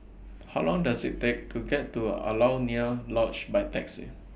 How Long Does IT Take to get to Alaunia Lodge By Taxi